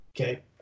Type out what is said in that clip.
Okay